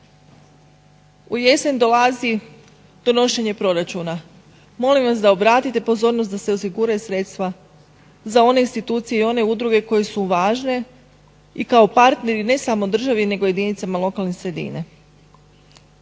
U jesen dolazi donošenje proračuna. Molim vas da obratite pozornost da se osiguraju sredstva za one institucije i one udruge koje su važne i kao partneri ne samo državi nego jedinicama lokalne sredine.